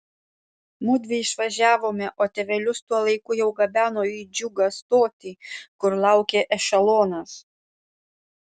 mudvi išvažiavome o tėvelius tuo laiku jau gabeno į džiugą stotį kur laukė ešelonas